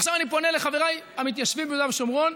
עכשיו אני פונה לחבריי המתיישבים ביהודה ושומרון: